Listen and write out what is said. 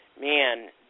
Man